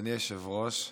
אדוני היושב-ראש,